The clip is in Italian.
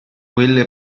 quelle